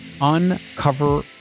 uncover